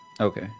okay